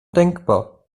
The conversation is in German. denkbar